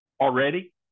already